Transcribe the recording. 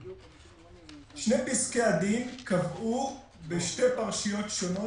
שני פסקי הדין קבעו בשתי פרשיות שונות,